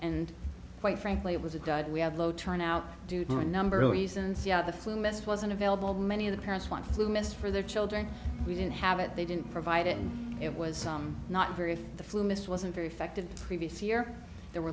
and quite frankly it was a dud we had low turnout due to a number of reasons yeah the flu mist wasn't available many of the parents want flu mist for their children we didn't have it they didn't provide it and it was some not very the flu mist wasn't very effective previous year there were